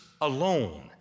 alone